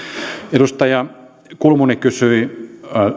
edustaja kulmuni kysyi